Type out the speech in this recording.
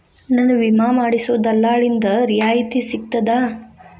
ನನ್ನ ವಿಮಾ ಮಾಡಿಸೊ ದಲ್ಲಾಳಿಂದ ರಿಯಾಯಿತಿ ಸಿಗ್ತದಾ?